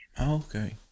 okay